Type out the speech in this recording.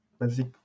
basic